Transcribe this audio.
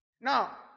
Now